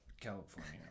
California